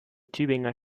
tübinger